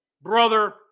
Brother